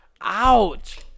Ouch